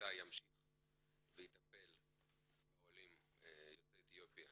והקליטה ימשיך לטפל בעולים יוצאי אתיופיה